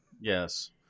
yes